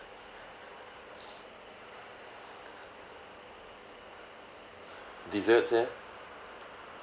desserts eh